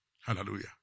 Hallelujah